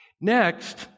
Next